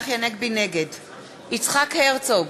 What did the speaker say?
נגד יצחק הרצוג,